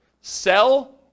sell